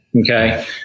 Okay